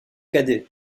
cadet